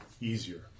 easier